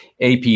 AP